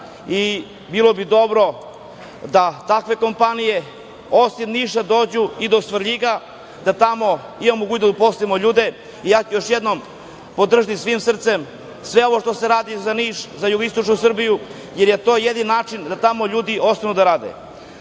i bilo bi dobro da takve kompanije osim Niša dođu i do Svrljiga, da tamo imamo mogućnost da uposlimo ljude, ja ću još jednom podržati svim srcem sve ovo što se radi za Niš, za jugoistočnu Srbiju, jer je to jedini način da tamo ljudi ostanu da rade. Danas